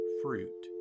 fruit